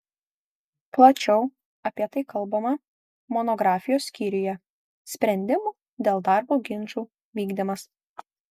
plačiau apie tai kalbama monografijos skyriuje sprendimų dėl darbo ginčų vykdymas